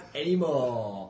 anymore